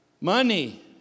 Money